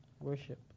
worship